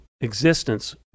existence